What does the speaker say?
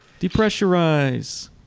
Depressurize